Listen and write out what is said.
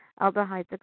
aldehydes